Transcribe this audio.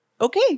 okay